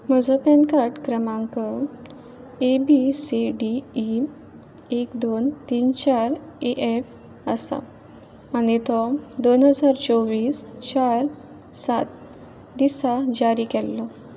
म्हजो PAN card क्रमांक A B C D E एक दोन तीन चार ए ऍफ आसा आनी तो दोन हजार चोवीस चार सात दिसा जारी केल्लो